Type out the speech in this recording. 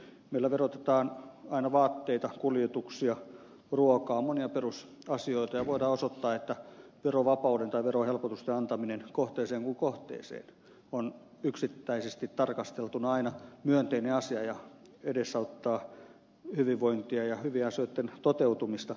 meillä verotetaan aina vaatteita kuljetuksia ruokaa monia perusasioita ja voidaan osoittaa että verovapauden tai verohelpotusten antaminen kohteeseen kuin kohteeseen on yksittäisesti tarkasteltuna aina myönteinen asia ja edesauttaa hyvinvointia ja hyvien asioitten toteutumista